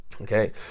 Okay